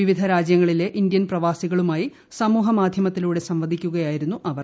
വിവിധ രാജ്യങ്ങളിലെ ഇന്ത്യൻ പ്രവാസികളുമായി സമൂഹമാധ്യമത്തിലൂടെ സംവദിക്കുകയായിരുന്നു അവർ